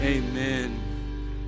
Amen